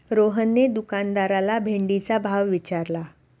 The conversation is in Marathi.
रोहनने दुकानदाराला भेंडीचा भाव विचारला